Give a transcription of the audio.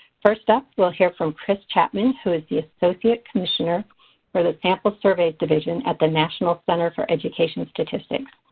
first up we'll hear from chris chapman who is the associate commissioner for the sample surveys division at the national center for education statistics.